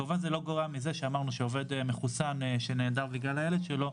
כמובן שזה לא גורע מזה שאמרנו שעובד מחוסן שנעדר בגלל הילד שלו,